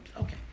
Okay